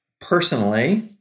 personally